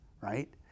right